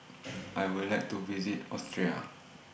I Would like to visit Austria